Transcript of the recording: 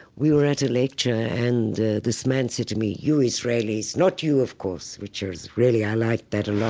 we were at a lecture and this man said to me, you israelis not you, of course which is really, i liked that at lot.